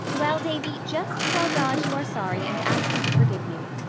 well, davy, just tell god you are sorry and ask him to forgive you.